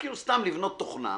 סתם לבנות תוכנה.